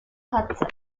hudson